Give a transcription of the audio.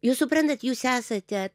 jūs suprantat jūs esate